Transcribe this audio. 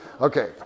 Okay